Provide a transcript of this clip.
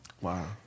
Wow